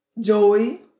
Joey